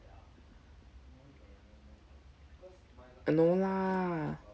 ah no lah